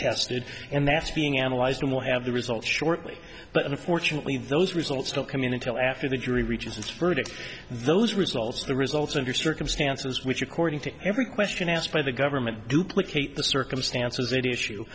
tested and that's being analyzed and we'll have the results shortly but unfortunately those results don't come in until after the jury reaches its verdict those results are the results under circumstances which according to every question asked by the government duplicate the circumstances that issue